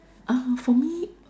ah for me